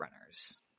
runners